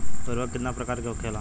उर्वरक कितना प्रकार के होखेला?